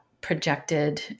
projected